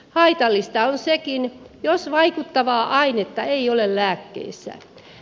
haitallista on sekin jos vaikuttavaa ainetta ei ole lääkkeessä